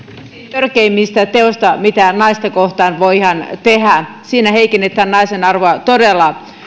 törkeimmistä teoista mikä naista kohtaan voidaan tehdä siinä heikennetään naisen arvoa todella